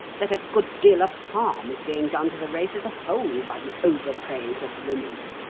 that a good deal of harm is being done to the race as a whole by the overpraise of women.